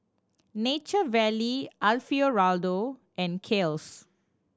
Nature Valley Alfio Raldo and Kiehl's